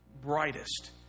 brightest